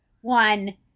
one